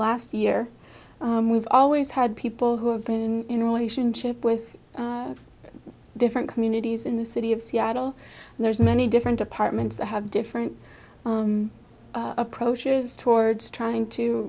last year we've always had people who have been in a relationship with different communities in the city of seattle and there's many different departments that have different approaches towards trying to